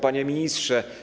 Panie Ministrze!